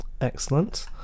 Excellent